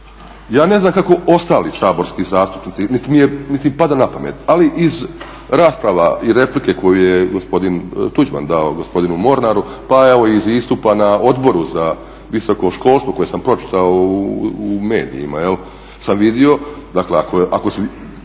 Ja ne znam kako ostali saborski zastupnici niti mi pada na pamet ali iz rasprava i replike koju je gospodin Tuđman dao gospodinu Mornaru pa evo i iz istupa na Odboru za visoko školstvo koje sam pročitao u medijima jel' sam vidio, dakle ako